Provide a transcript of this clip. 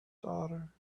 daughter